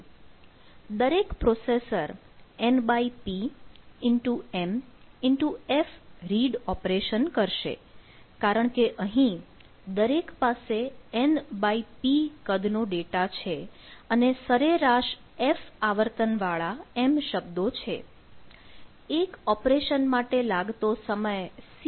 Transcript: તો દરેક processor mfc લાગશે